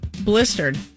blistered